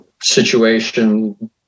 situation